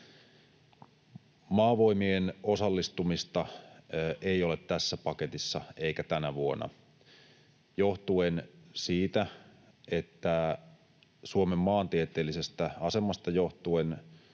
Maavoimien osallistumista ei ole tässä paketissa eikä tänä vuonna johtuen siitä, että Suomen maantieteellisestä asemasta johtuen